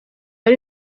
ari